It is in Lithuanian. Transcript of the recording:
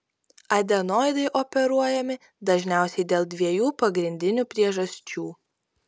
adenoidai operuojami dažniausiai dėl dviejų pagrindinių priežasčių